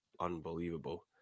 unbelievable